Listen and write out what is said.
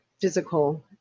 physical